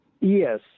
Yes